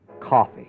Coffee